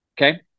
okay